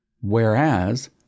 whereas